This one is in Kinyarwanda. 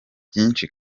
byinshi